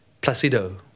Placido